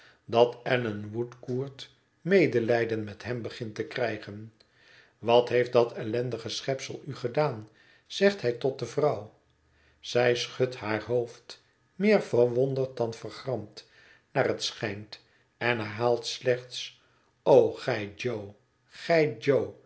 dat allan woodcourt medelijden met hem begint te krijgen wat heeft dat ellendige schepsel u gedaan zegt hij tot de vrouw zij schudt haar hoofd meer verwonderd dan vergramd naar het schijnt en herhaalt slechts o gij jo gij